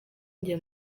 njye